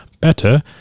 better